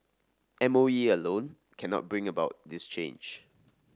M O E alone cannot bring about this change